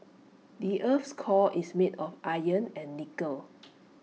the Earth's core is made of iron and nickel